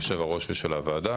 יושב הראש ושל הוועדה.